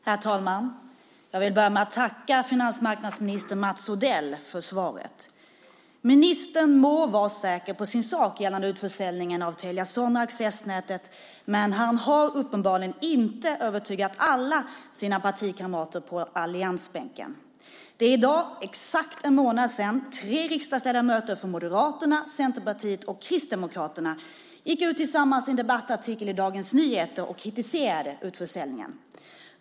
Herr talman! Jag vill börja med att tacka finansmarknadsminister Mats Odell för svaret. Ministern må vara säker på sin sak gällande utförsäljningen av Telia Sonera-accessnätet, men han har uppenbarligen inte övertygat alla sina partikamrater på alliansbänken. Det är i dag exakt en månad sedan tre riksdagsledamöter från Moderaterna, Centerpartiet och Kristdemokraterna gick ut tillsammans i en debattartikel i Dagens Nyheter och kritiserade utförsäljningen.